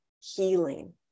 healing